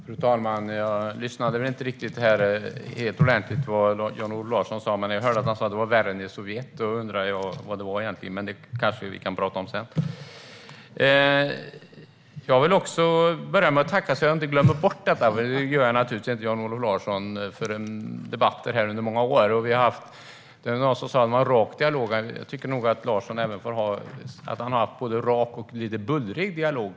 Fru talman! Jag lyssnade kanske inte ordentligt på vad Jan-Olof Larsson sa, men jag hörde att han sa att det var värre än i Sovjet. Då undrar jag vad han egentligen menar, men det kan vi kanske prata om sedan. Jag vill också tacka Jan-Olof Larsson för många debatter här under många år. Det var någon som sa att han har en rak dialog. Jag tycker nog att han har haft en både rak och lite bullrig dialog.